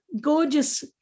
gorgeous